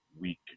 week